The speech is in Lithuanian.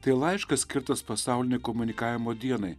tai laiškas skirtas pasaulinei komunikavimo dienai